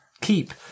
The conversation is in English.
keep